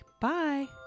Bye